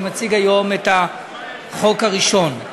אני מציג היום את החוק הראשון.